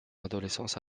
adolescence